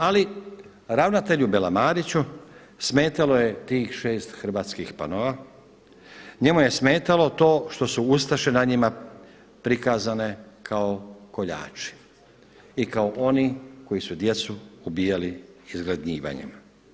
Ali ravnatelju Belamariću smetalo je tih 6 hrvatskih panoa, njemu je smetalo to što su ustaše na njima prikazane kao koljači i kao oni koji su djecu ubijali izgladnjivanjem.